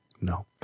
No